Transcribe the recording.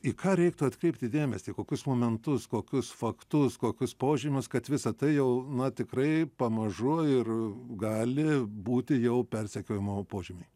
į ką reiktų atkreipti dėmesį kokius momentus kokius faktus kokius požymius kad visa tai jau na tikrai pamažu ir gali būti jau persekiojimo požymiai